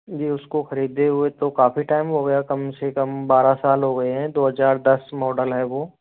ये उसको खरीदें हुए तो काफ़ी टाइम हो गया कम से कम बारह साल हो गए हैं दो हज़ार दस मॉडल है वो